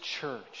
church